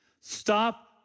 Stop